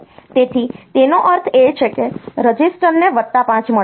તેથી તેનો અર્થ એ છે કે રજિસ્ટરને વત્તા 5 મળશે